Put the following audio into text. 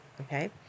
okay